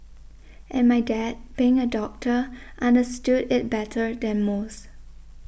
and my dad being a doctor understood it better than most